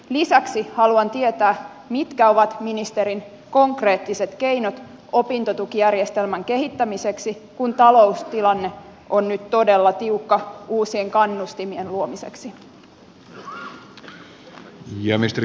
lisäksi haluan tietää mitkä ovat ministerin konkreettiset keinot opintotukijärjestelmän kehittämiseksi kun taloustilanne on nyt todella tiukka uusien kannustimien luomiseksi